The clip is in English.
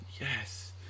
Yes